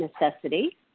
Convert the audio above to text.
necessity